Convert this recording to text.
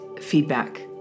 feedback